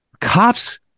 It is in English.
Cops